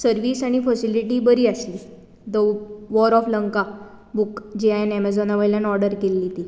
service आनी facility बरी आसली the war of Lanka book जी हांवें एमाजेना वयल्यान ओर्डर केल्ली ती